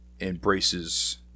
embraces